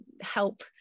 help